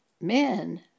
men